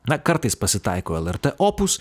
na kartais pasitaiko lrt opus